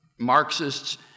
Marxists